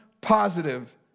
positive